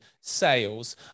sales